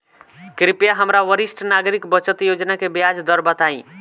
कृपया हमरा वरिष्ठ नागरिक बचत योजना के ब्याज दर बताई